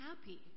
happy